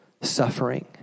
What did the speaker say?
suffering